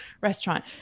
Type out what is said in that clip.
restaurant